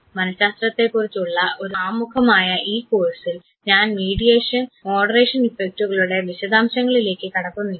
മനഃശാസ്ത്രത്തെക്കുറിച്ചുള്ള ഒരു ആമുഖമായ ഈ കോഴ്സിൽ ഞാൻ മീഡിയേഷൻ മോഡറേഷൻ ഇഫക്ടുകളുടെ mediation moderation effect വിശദാംശങ്ങളിലേക്ക് കടക്കുന്നില്ല